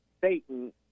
Satan